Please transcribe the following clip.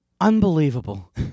unbelievable